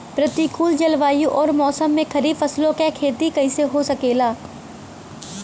प्रतिकूल जलवायु अउर मौसम में खरीफ फसलों क खेती कइसे हो सकेला?